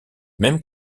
mêmes